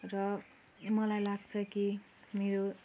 र मलाई लाग्छ कि मेरो